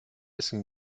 essen